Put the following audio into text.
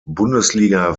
bundesliga